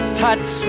touch